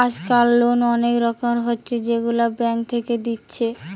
আজকাল লোন অনেক রকমের হচ্ছে যেগুলা ব্যাঙ্ক থেকে দিচ্ছে